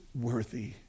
worthy